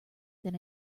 than